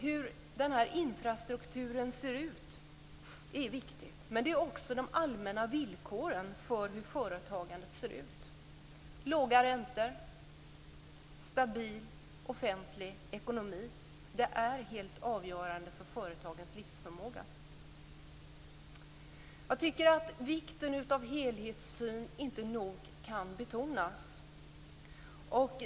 Hur infrastrukturen ser ut är viktigt, men det är också de allmänna villkoren för hur företagandet ser ut. Låga räntor och stabil offentlig ekonomi är helt avgörande för företagens livsförmåga. Jag tycker att vikten av helhetssyn inte nog kan betonas.